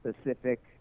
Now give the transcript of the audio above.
specific